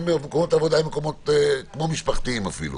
שלפעמים מקומות עבודה הם מקומות כמו משפחתיים אפילו